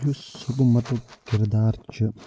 یُس حکوٗمتُک کردار چھِ